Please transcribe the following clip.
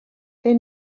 they